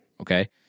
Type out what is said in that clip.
Okay